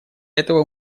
этого